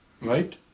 Right